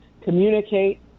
communicate